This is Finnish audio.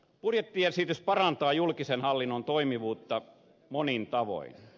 budjettiesitys parantaa julkisen hallinnon toimivuutta monin tavoin